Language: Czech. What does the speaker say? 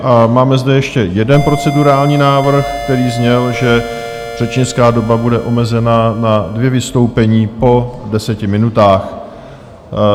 A máme zde ještě jeden procedurální návrh, který zněl, že řečnická doba bude omezena na dvě vystoupení po deseti minutách.